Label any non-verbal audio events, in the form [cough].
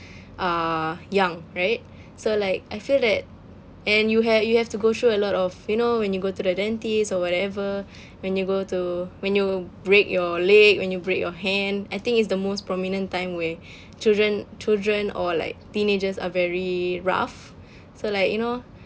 uh young right so like I feel that and you have you have to go through a lot of you know when you go to the dentist or whatever when you go to when you break your leg when you break your hand I think it's the most prominent time where [breath] children children or like teenagers are very rough [breath] so like you know